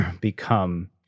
become